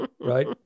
right